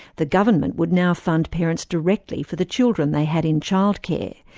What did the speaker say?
the government would now fund parents directly for the children they had in childcare,